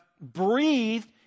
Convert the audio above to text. breathed